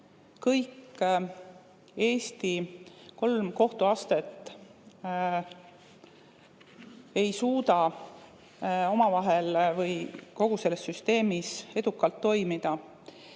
kolm Eesti kohtuastet ei suuda omavahel või kogu selles süsteemis edukalt toimida.